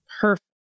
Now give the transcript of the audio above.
perfect